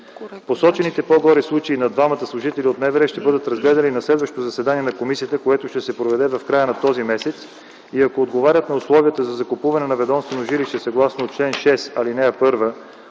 Посочените по-горе случаи на двамата служители от МВР ще бъдат разгледани на следващото заседание на комисията, което ще се проведе в края на този месец. Ако отговарят на условията за закупуване на ведомствено жилище, съгласно чл. 6, ал. 1